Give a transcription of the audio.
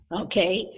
okay